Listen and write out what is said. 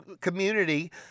community